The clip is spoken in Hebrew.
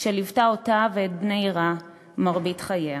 שליוותה אותה ואת בני עירה מרבית חייה.